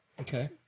Okay